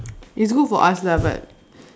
it's good for us lah but